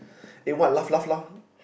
eh what laugh laugh laugh